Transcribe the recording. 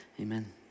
Amen